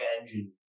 engine